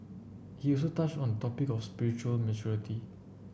he also touched on the topic of spiritual maturity